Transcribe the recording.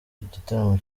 igitaramo